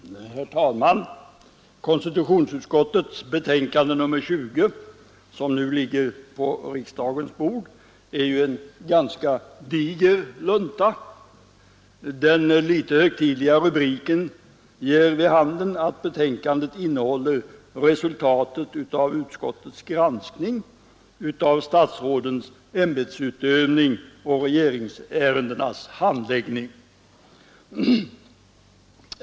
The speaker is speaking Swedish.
Herr talman! Konstitutionsutskottets betänkande nr 20 som nu ligger på riksdagens bord är ju en ganska diger lunta. Den litet högtidliga rubriken ger vid handen att betänkandet innehåller resultatet av utskottets granskning av statsrådens ämbetsutövning och regeringsärendenas handläggning.